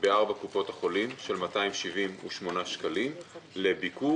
בארבע קופות החולים - 278 שקלים - לביקור